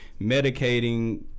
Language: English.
medicating